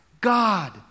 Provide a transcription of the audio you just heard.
God